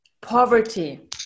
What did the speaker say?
Poverty